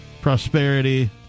prosperity